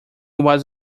was